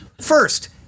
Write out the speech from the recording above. First